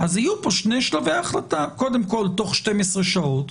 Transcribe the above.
יהיו פה שני שלבי החלטה קודם כל תוך 12 שעות,